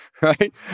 right